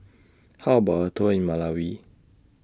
How about A Tour in Malawi